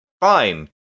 fine